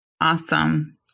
Awesome